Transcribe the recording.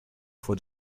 for